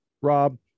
Rob